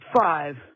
five